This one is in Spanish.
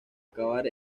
acabar